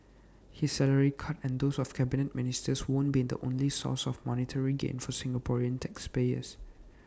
his salary cut and those of Cabinet Ministers won't be the only sources of monetary gain for Singaporean taxpayers